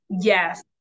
yes